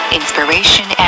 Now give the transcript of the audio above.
inspiration